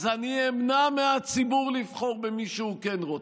אז אני אמנע מהציבור לבחור במי שהוא כן רוצה.